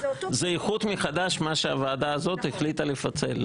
זה איחוד מחדש של מה שהוועדה הזאת החליטה לפצל.